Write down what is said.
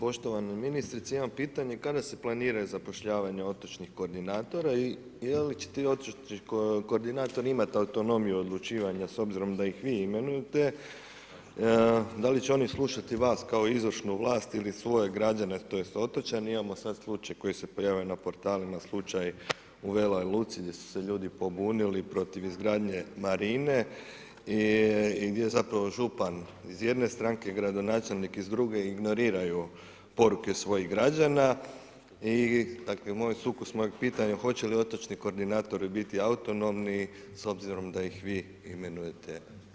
Poštovana ministrice imam pitanje kada se planiraju zapošljavanja otočnih koordinatora i je li će ti otočni koordinatori imati autonomiju odlučivanja s obzirom da ih vi imenujete, da li će oni slušati vas kao izvršnu vlast ili svoje građane tj. otočane, imamo sad slučaj koji se pojavio na portalima slučaj u Veloj Luci gdje su se ljudi pobunili protiv izgradnje marine i gdje je zapravo župan iz jedne stranke, gradonačelnik iz druge i ignoriraju poruke svojih građana i dakle moj je sukus mojeg pitanja hoće li otočni koordinatori biti autonomni s obzirom da ih vi imenujete.